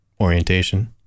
orientation